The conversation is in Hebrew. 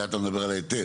זה אתה מדבר על ההיטל,